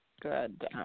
good